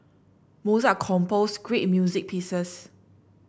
Mozart composed great music pieces